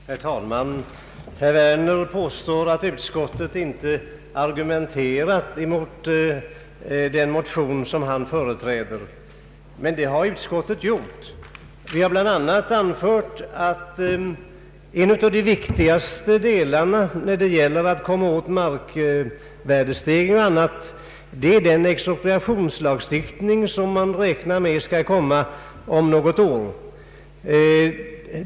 Herr talman! Herr Werner påstår att utskottet inte argumenterat mot den motion som han företräder, men det har utskottet gjort. Vi har bl.a. anfört att en av de viktigaste faktorerna när det gäller att komma åt markvärdestegring och annat är den expropriationslagstiftning som man räknar med skall komma om något år.